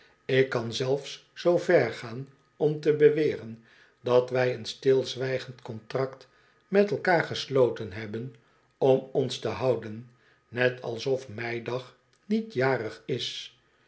ik kan zelfs zoo ver gaan om te beweren dat wij een stilzwijgend contract met elkaar gesloten hebben om ons te houden net alsof meidag niet jarig is